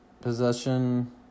possession